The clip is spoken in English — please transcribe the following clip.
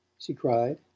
she cried,